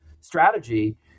strategy